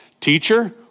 Teacher